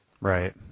Right